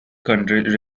countries